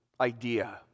idea